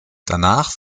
danach